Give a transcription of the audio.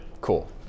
cool